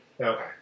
Okay